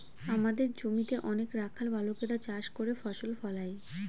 আমাদের জমিতে অনেক রাখাল বালকেরা চাষ করে ফসল ফলায়